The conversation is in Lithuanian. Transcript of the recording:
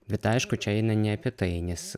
bet aišku čia eina ne apie tai nes